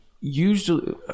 usually